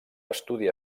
estudiar